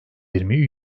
yirmi